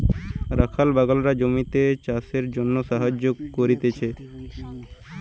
রাখাল বাগলরা জমিতে চাষের জিনে সাহায্য করতিছে